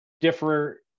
differ